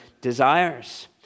desires